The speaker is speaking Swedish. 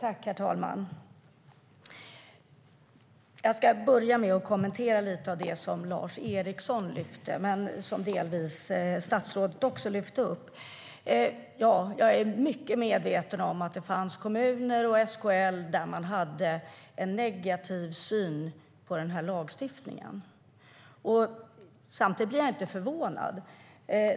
Herr talman! Jag ska börja med att kommentera lite av det som Lars Eriksson och delvis också statsrådet lyfte. Jag är väl medveten om att det fanns kommuner där man hade en negativ syn på den här lagstiftningen och att SKL hade det. Men jag är inte förvånad.